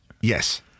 Yes